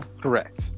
Correct